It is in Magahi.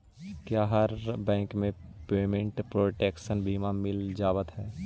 क्या हर बैंक में पेमेंट प्रोटेक्शन बीमा मिल जावत हई